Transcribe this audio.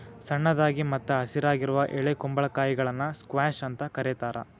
ಸಣ್ಣದಾಗಿ ಮತ್ತ ಹಸಿರಾಗಿರುವ ಎಳೆ ಕುಂಬಳಕಾಯಿಗಳನ್ನ ಸ್ಕ್ವಾಷ್ ಅಂತ ಕರೇತಾರ